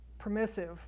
permissive